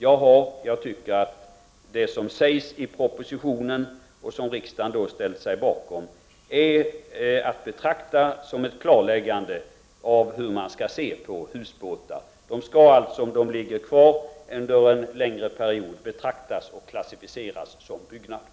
Jag tycker att det som sägs i propositionen och som riksdagen ställt sig bakom är att betrakta som ett klarläggande av hur man skall se på husbåtar. De skall alltså, om de ligger kvar en längre period, betraktas och klassificeras som byggnader.